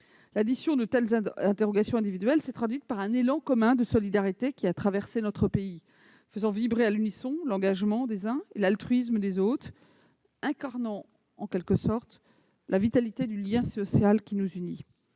L'addition de telles interrogations individuelles s'est traduite par un élan commun de solidarité qui a traversé notre pays, faisant vibrer à l'unisson l'engagement des uns et l'altruisme des autres, incarnant en quelque sorte la vitalité du lien social qui nous unit.